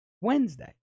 Wednesday